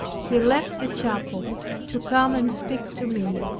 he left the chapel to come and speak to me.